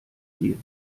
ziel